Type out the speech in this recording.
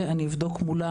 אני אבדוק מולם,